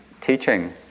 teaching